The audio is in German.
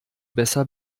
besser